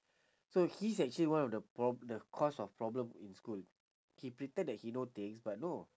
so he's actually one of the prob~ the cause of problem in school he pretend that he know things but no